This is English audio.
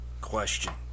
Question